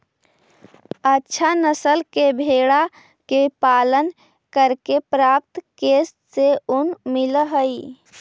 अच्छा नस्ल के भेडा के पालन करके प्राप्त केश से ऊन मिलऽ हई